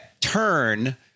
turn